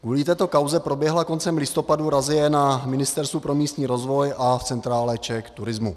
Kvůli této kauze proběhla koncem listopadu razie na Ministerstvu pro místní rozvoj a v centrále CzechTourismu.